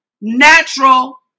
natural